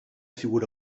figura